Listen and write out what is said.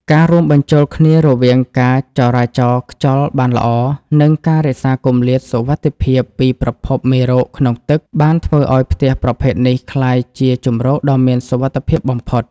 ការរួមបញ្ចូលគ្នារវាងការចរាចរខ្យល់បានល្អ និងការរក្សាគម្លាតសុវត្ថិភាពពីប្រភពមេរោគក្នុងទឹក បានធ្វើឱ្យផ្ទះប្រភេទនេះក្លាយជាជម្រកដ៏មានសុវត្ថិភាពបំផុត។